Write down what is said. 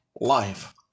life